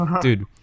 dude